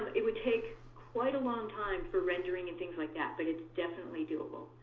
it would take quite a long time for rendering and things like that, but it's definitely doable.